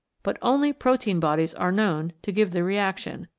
but only protein-bodies are known to give the reaction,